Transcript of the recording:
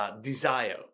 desire